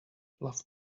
love